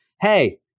hey